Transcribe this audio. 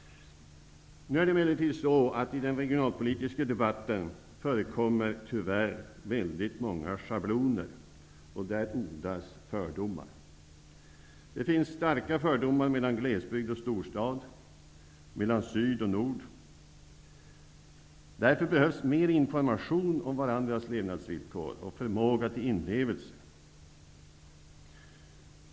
Emellertid förekommer i den regionalpoltiska debatten tyvärr många schabloner och där odlas fördomar. Det finns starka fördomar mellan glesbygd och storstad, mellan syd och nord. Därför behövs mera information om varandras levnadsvillkor och förmåga till inlevelse.